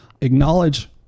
acknowledge